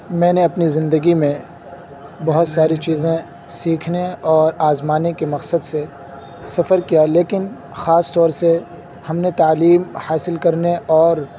میں نے اپنی زندگی میں بہت ساری چیزیں سیکھنے اور آزمانے کے مقصد سے سفر کیا لیکن خاص طور سے ہم نے تعلیم حاصل کرنے اور